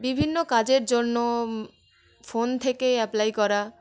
বিভিন্ন কাজের জন্য ফোন থেকে অ্যাপ্লাই করা